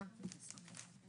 הצבעה ההסתייגות לא התקבלה.